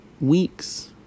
weeks